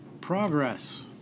Progress